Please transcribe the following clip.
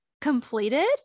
completed